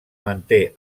manté